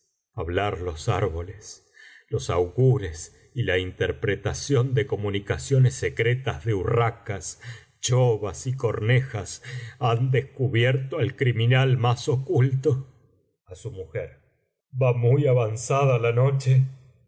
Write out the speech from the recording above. hablar los árboles los augures y la interpretación de comunicaciones secretas de urracas chovas y cornejas han descubierto al criminal más oculto a su mujer va muy avanzada la noche